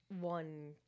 one